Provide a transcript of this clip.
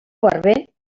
barber